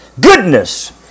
Goodness